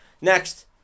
Next